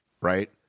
right